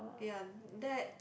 ya that